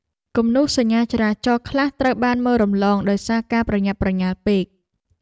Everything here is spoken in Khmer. គំនូសសញ្ញាចរាចរណ៍ខ្លះត្រូវបានមើលរំលងដោយសារការប្រញាប់ប្រញាល់ពេក។